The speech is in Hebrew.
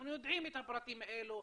אנחנו יודעים את הפרטים האלה,